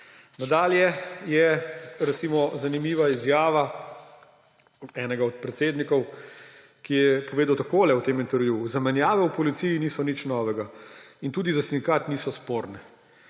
Nadalje je recimo zanimiva izjava enega od predsednikov, ki je povedal takole v tem intervjuju: »Zamenjave v policiji niso nič novega in tudi za sindikat niso sporne,